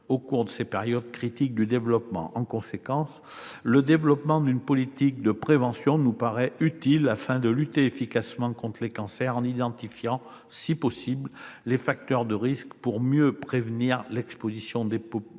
au cours de ces périodes critiques du développement. En conséquence, le déploiement d'une politique de prévention nous paraît utile afin de lutter efficacement contre les cancers, en identifiant, si possible, les facteurs de risque pour mieux prévenir l'exposition des